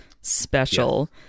special